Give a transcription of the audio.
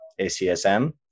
ACSM